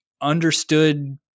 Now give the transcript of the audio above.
understood